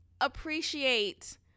appreciate